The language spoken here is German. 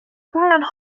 feiern